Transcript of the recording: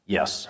Yes